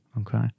okay